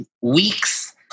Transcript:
weeks